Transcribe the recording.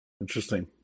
Interesting